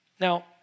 Now